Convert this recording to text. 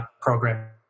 program